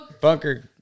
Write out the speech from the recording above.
bunker